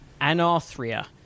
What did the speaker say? anarthria